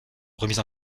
remise